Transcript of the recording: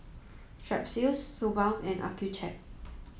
Strepsils Suu balm and Accucheck